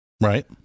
Right